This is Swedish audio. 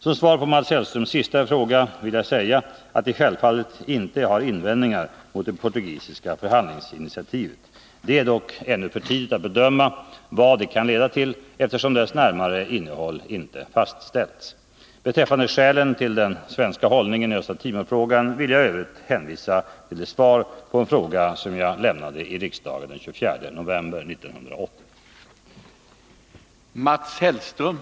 Som svar på Mats Hellströms sista fråga vill jag säga att vi självfallet inte har invändningar mot det portugisiska förhandlingsinitiativet. Det är dock ännu för tidigt att bedöma vad det kan leda till, eftersom dess närmare innehåll inte fastställts. Beträffande skälen till den svenska hållningen i Östra Timor-frågan vill jag i övrigt hänvisa till det svar på en fråga som jag lämnade i riksdagen den 24 november 1980.